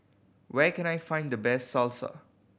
where can I find the best Salsa